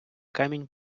камінь